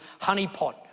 honeypot